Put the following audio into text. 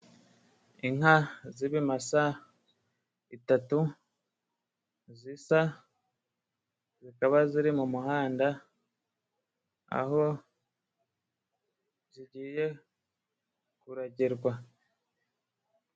Inka z'ibimasa bitatu zisa ,zikaba ziri mu muhanda aho zigiye kuragerwa.